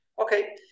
Okay